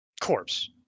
Corpse